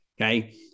Okay